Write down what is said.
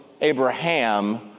Abraham